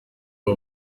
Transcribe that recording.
aba